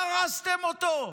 דרסתם אותו,